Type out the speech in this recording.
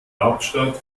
hauptstadt